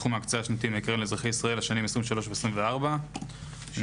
סכום ההקצאה השנתי מהקרן לאזרחי ישראל לשנים 2023 2024. אני